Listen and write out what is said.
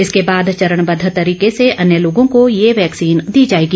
इसके बाद चरणबद्ध तरीके से अन्य लोगों को ये वैक्सीन दी जाएगी